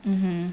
mmhmm